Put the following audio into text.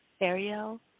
Ariel